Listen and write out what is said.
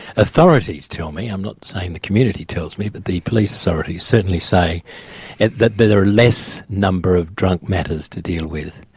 authorities tell me, i'm not saying the community tells me, but the police authorities certainly say and that there are less numbers of drunk matters to deal with.